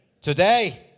today